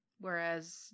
whereas